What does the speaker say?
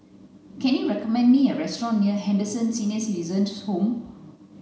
can you recommend me a restaurant near Henderson Senior Citizens' Home